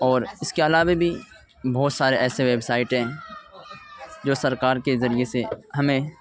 اور اس کے علاوہ بھی بہت سارے ایسے ویب سائٹیں جو سرکار کے ذریعے سے ہمیں